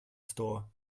store